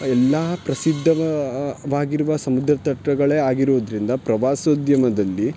ಎಲ್ಲ ಪ್ರಸಿದ್ಧ ವಾಗಿರುವ ಸಮುದ್ರ ತಟಗಳೇ ಆಗಿರುದರಿಂದ ಪ್ರವಾಸೋದ್ಯಮದಲ್ಲಿ